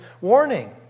warning